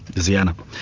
zieanna,